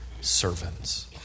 servants